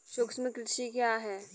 सूक्ष्म कृषि क्या है?